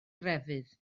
grefydd